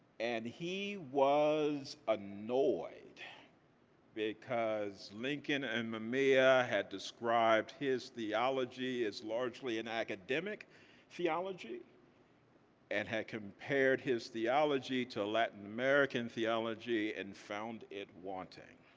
and he was annoyed because lincoln and mamiya had described his theology as largely an academic theology and had compared his theology to latin american theology and found it wanting.